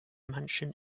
mansion